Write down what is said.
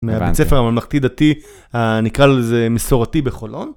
מהבית ספר הממלכתי דתי, ה, נקרא לזה מסורתי בחולון.